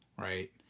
Right